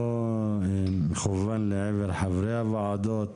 לא מכוון לחברי הוועדות,